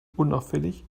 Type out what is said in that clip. unauffällig